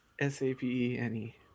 s-a-p-e-n-e